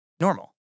normal